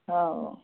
ହଉ